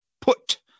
put